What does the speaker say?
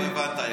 אתה לא הבנת.